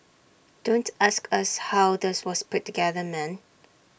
don't ask us how does was put together man